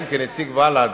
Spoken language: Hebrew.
כנציג בל"ד,